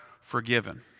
forgiven